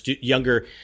younger